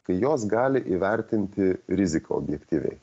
kai jos gali įvertinti riziką objektyviai